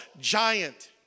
giant